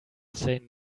say